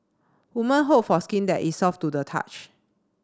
woman hope for skin that is soft to the touch